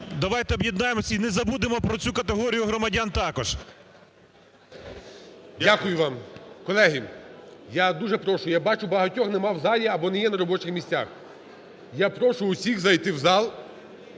давайте об'єднаємося і не забудемо про цю категорію громадян також. ГОЛОВУЮЧИЙ. Дякую вам. Колеги, я дуже прошу, я бачу, багатьох нема в залі або не є на робочих місцях. Я прошу усіх зайти в зал,